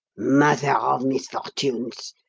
mother of misfortunes!